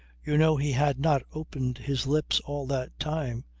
you know he had not opened his lips all that time,